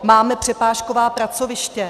Máme přepážková pracoviště.